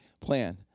plan